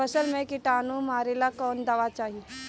फसल में किटानु मारेला कौन दावा चाही?